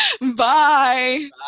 Bye